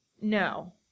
No